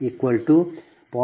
8988